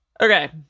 Okay